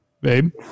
babe